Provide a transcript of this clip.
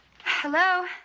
Hello